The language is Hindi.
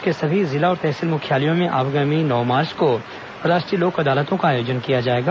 प्रदेश के सभी जिला और तहसील मुख्यालयों में आगामी नौ मार्च को राष्ट्रीय लोक अदालतों का आयोजन किया जाएगा